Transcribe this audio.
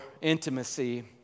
intimacy